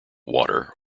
water